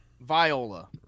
Viola